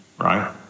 right